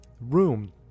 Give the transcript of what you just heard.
room